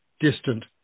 distant